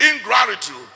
Ingratitude